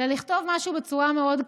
אלא לכתוב משהו בצורה מאוד כללית.